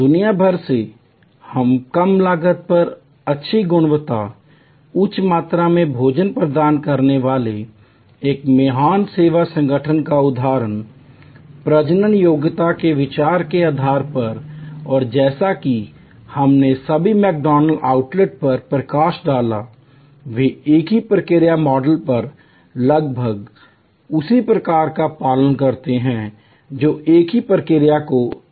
दुनिया भर में कम लागत पर अच्छी गुणवत्ता उच्च मात्रा में भोजन प्रदान करने वाले एक महान सेवा संगठन का उदाहरण प्रजनन योग्यता के विचार के आधार पर और जैसा कि हमने सभी मैकडॉनल्ड्स आउटलेट पर प्रकाश डाला वे एक ही प्रक्रिया मॉडल पर लगभग उसी प्रक्रिया का पालन करते हैं जो एक ही प्रक्रिया को दोहराते हैं